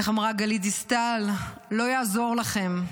איך אמרה גלית דיסטל, לא יעזור לכם,